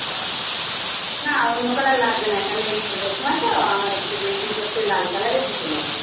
ও না অন্য কালার লাগবে না কেন এই পুজোর সময় তো আমার একটু ম্যাচিং করতে লাল কালারের জুতো লাগবে